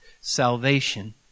salvation